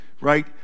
right